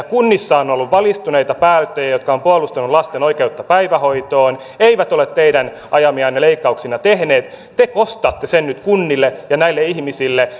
kunnissa on on ollut valistuneita päättäjiä jotka ovat puolustaneet lasten oikeutta päivähoitoon ja eivät ole teidän ajamianne leikkauksia tehneet te kostatte sen nyt kunnille ja näille ihmisille